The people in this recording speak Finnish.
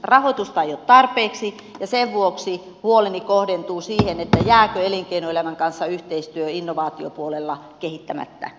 rahoitusta ei ole tarpeeksi ja sen vuoksi huoleni kohdentuu siihen jääkö elinkeinoelämän kanssa yhteistyö innovaatiopuolella kehittämättä